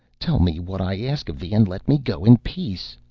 tell me what i ask of thee, and let me go in peace